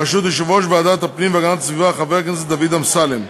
בראשות יושב-ראש ועדת הפנים והגנת הסביבה חבר הכנסת דוד אמסלם.